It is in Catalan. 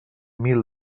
mil